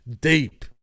Deep